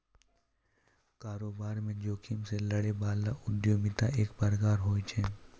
कारोबार म जोखिम से लड़ै बला उद्यमिता एक प्रकार होय छै